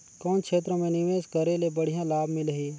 कौन क्षेत्र मे निवेश करे ले बढ़िया लाभ मिलही?